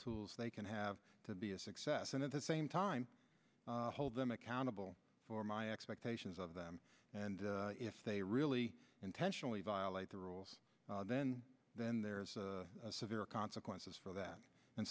tools they can have to be a success and at the same time hold them accountable for my expectations of them and if they really intentionally violate the rules then then there's severe consequences for that and